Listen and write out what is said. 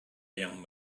young